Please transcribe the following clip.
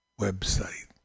website